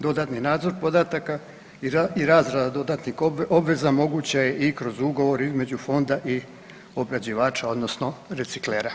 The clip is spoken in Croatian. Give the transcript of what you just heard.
Dodatni nadzor podataka i razrada dodatnih obveza moguća je i kroz ugovor između Fonda i obrađivača odnosno reciklera.